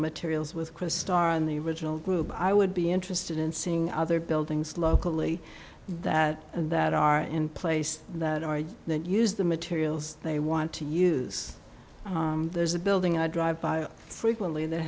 materials with chris starr on the original group i would be interested in seeing other buildings locally that and that are in place that are that use the materials they want to use there's a building i drive by frequently that